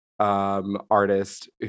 Artist